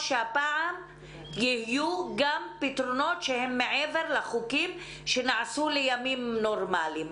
שהפעם יהיו גם פתרונות שהם מעבר לחוקים שנעשו לימים נורמליים.